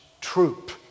troop